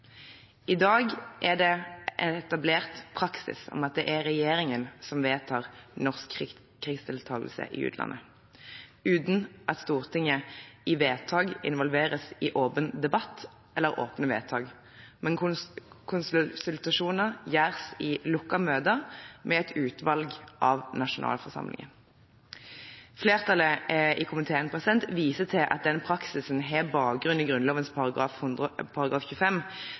I dag er det etablert praksis at det er regjeringen som vedtar norsk krigsdeltakelse i utlandet, uten at Stortinget i vedtak involveres i åpen debatt eller åpne vedtak, men konsultasjoner gjøres i lukkede møter med et utvalg av nasjonalforsamlingen. Flertallet i komiteen viser til at den praksisen har bakgrunn i